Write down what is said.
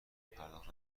پرداخت